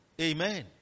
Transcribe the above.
Amen